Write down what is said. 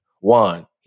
one